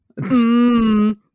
Mmm